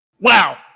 wow